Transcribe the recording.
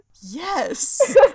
Yes